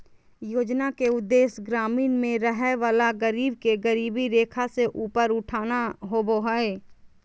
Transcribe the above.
योजना के उदेश्य ग्रामीण में रहय वला गरीब के गरीबी रेखा से ऊपर उठाना होबो हइ